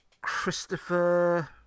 Christopher